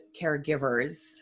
caregivers